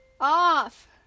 off